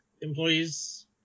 employees